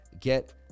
get